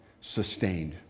sustained